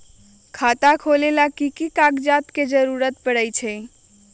खाता खोले ला कि कि कागजात के जरूरत परी?